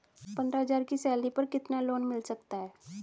पंद्रह हज़ार की सैलरी पर कितना लोन मिल सकता है?